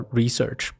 research